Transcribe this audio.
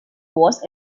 was